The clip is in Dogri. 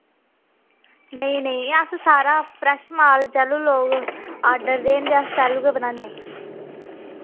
नेईं नेईं अस सारा फ्रैश माल तैह्लूं लोक आर्डर देन ते अस तैह्लूं गै बनान्ने